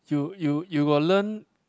you you you got learn